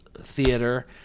Theater